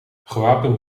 gewapend